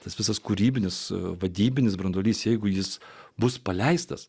tas visas kūrybinis vadybinis branduolys jeigu jis bus paleistas